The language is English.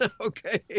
okay